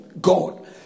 God